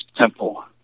temple